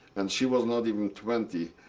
and she was not even twenty.